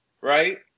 right